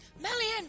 Melian